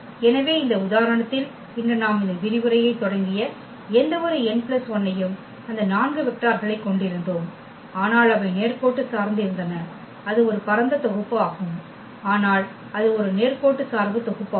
எனவே இந்த உதாரணத்தில் இன்று நாம் இந்த விரிவுரையைத் தொடங்கிய எந்தவொரு n பிளஸ் 1 யும் அந்த 4 வெக்டார்களைக் கொண்டிருந்தோம் ஆனால் அவை நேர்கோட்டு சார்ந்து இருந்தன அது ஒரு பரந்த தொகுப்பு ஆகும் ஆனால் அது ஒரு நேர்கோட்டு சார்பு தொகுப்பாகும்